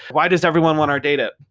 why does everyone want our data?